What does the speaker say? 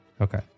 Okay